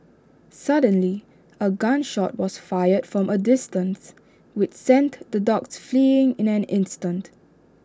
suddenly A gun shot was fired from A distance which sent the dogs fleeing in an instant